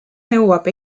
nõuab